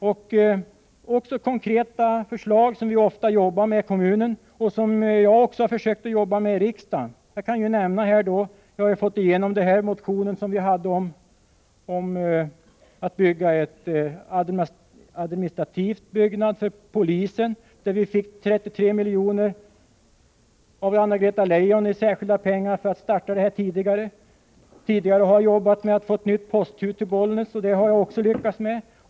Många konkreta förslag som vi jobbar med i kommunen försöker jag arbeta vidare med här i riksdagen. Jag kan nämna att jag fick igenom motionen om att bygga en administrativ byggnad för polisen. Vi fick ett anslag på 33 miljoner av arbetsmarknadsminister Anna-Greta Leijon för att starta bygget tidigare. Jag har tidigare arbetat med att få ett nytt posthusi Bollnäs. Det har jag också lyckats med.